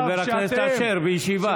חבר הכנסת אשר, בישיבה.